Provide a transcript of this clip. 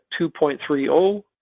2.30